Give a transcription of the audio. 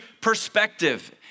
perspective